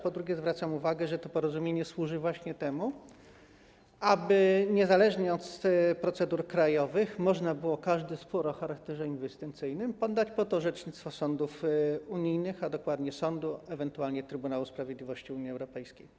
Po drugie, zwracam uwagę, że to porozumienie służy właśnie temu, aby niezależnie od procedur krajowych można było każdy spór o charakterze inwestycyjnym poddać pod orzecznictwo sądów unijnych, ewentualnie Trybunału Sprawiedliwości Unii Europejskiej.